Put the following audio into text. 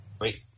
Wait